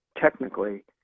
technically